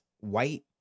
white